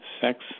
sex